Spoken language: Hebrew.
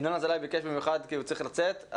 ינון אזולאי ביקש להתייחס כי הוא צריך לצאת.